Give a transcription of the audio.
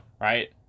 Right